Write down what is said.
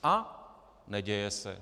A neděje se.